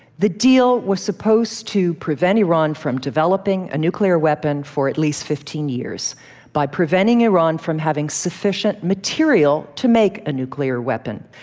the deal was supposed to prevent iran from developing a nuclear weapon for at least fifteen years by preventing iran from having sufficient material to make a nuclear weapon